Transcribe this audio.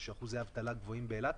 יש אחוזי אבטלה גבוהים באילת